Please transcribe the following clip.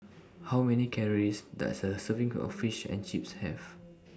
How Many Calories Does A Serving of Fish and Chips Have